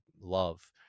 love